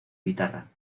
guitarra